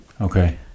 Okay